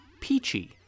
Peachy